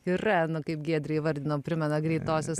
yra nu kaip giedrė įvardino primena greitosios